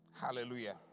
Hallelujah